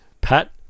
Pat